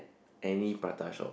any prata shop